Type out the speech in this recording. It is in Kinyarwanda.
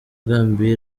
gambiya